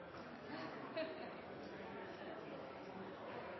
i første